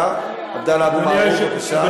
עבדאללה אבו מערוף, בבקשה.